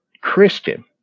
Christian